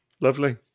lovely